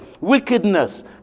wickedness